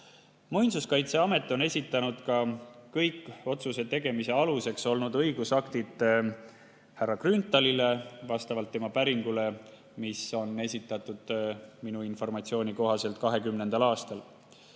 Muinsuskaitseamet on esitanud kõik otsuse tegemise aluseks olnud õigusaktid härra Grünthalile vastavalt tema päringule, mis esitati minu informatsiooni kohaselt 2020. aastal.